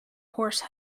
horse